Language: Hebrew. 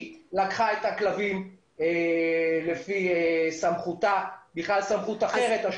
לקחת את הכלבים לפי סמכות אחרת שיש לה.